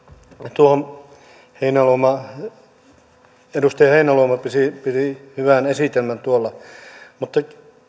tuo edustaja heinäluoma piti hyvän esitelmän tuolla mutta